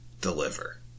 deliver